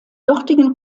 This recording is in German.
dortigen